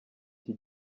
iki